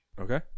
Okay